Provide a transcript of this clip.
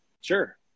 sure